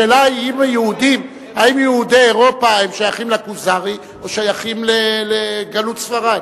השאלה היא אם יהודי אירופה שייכים לכוזרים או שייכים לגלות ספרד